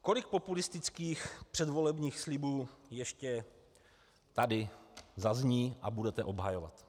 Kolik populistických předvolebních slibů ještě tady zazní a budete obhajovat?